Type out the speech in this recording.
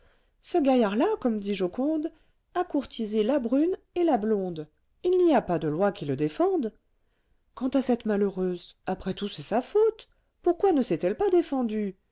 ce gaillard-là comme dit joconde a courtisé la brune et la blonde il n'y a pas de loi qui le défende quant à cette malheureuse après tout c'est sa faute pourquoi ne s'est-elle pas défendue